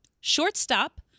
Shortstop